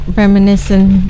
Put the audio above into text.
reminiscing